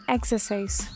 Exercise